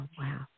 wow